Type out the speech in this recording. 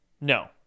No